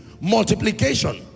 multiplication